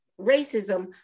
racism